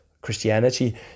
Christianity